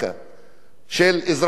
של האזרחים הערבים.